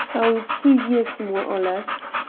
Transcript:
oh, two years more or less.